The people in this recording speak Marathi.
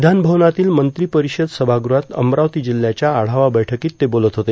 विधान भवनातील मंत्री परिषद सभागृहात अमरावती जिल्ह्याच्या आढावा बैठकीत ते बोलत होते